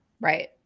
Right